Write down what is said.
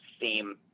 theme